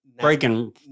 breaking